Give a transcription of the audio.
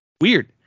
Weird